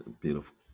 beautiful